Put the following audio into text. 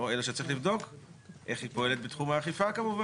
כך שבשנה הזו הם יצטרכו לטפל, כחובה,